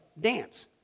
dance